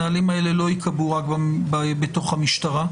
הנהלים האלה לא ייקבעו רק בתוך המשטרה.